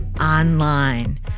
online